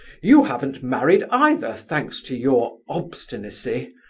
you haven't married, either, thanks to your obstinacy.